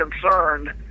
concerned